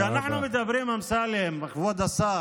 כשאנחנו מדברים, אמסלם, כבוד השר,